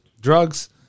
drugs